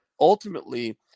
ultimately